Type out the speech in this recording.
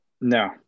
No